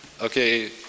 Okay